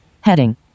Heading